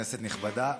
כנסת נכבדה,